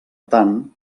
tant